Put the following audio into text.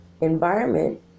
environment